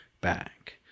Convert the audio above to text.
back